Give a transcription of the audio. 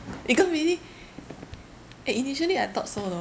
ikan bilis eh initially I thought so lor